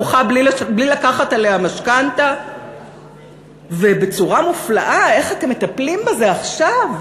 סליחה שאני מטרידה אתכם בזוטות: